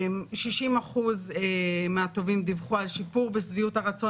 60% מהתובעים דיווחו על שיפור בשביעות הרצון